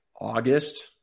August